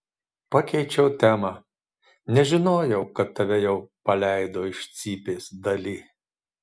pakeičiau temą nežinojau kad tave jau paleido iš cypės dali